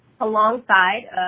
Alongside